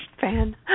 fan